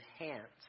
enhance